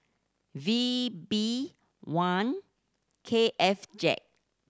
V B one K F Z